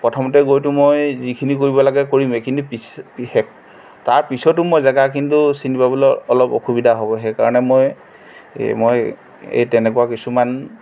প্ৰথমতে গৈতো মই যিখিনি কৰিব লাগে কৰিমে কিন্তু পিছ তাৰপিছতো কিন্তু জেগাখিনিটো চিনি পাবলৈ অলপ অসুবিধা হ'ব সেইকাৰণে মই এই মই এই তেনেকুৱা কিছুমান